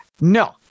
No